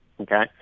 Okay